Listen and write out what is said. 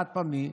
חד-פעמי,